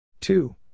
Two